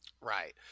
Right